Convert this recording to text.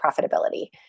profitability